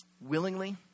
willingly